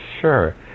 Sure